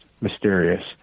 mysterious